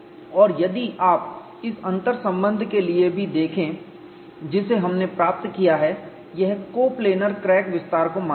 और यदि आप इस अंतर्संबंध के लिए भी देखें जिसे हमने प्राप्त किया है यह कोप्लेनर क्रैक विस्तार को मानता है